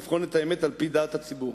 לבחון את האמת על-פי דעת הציבור.